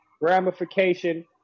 ramification